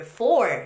four